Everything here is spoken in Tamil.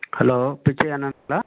ஹலோ பிச்சை அண்ணாங்களா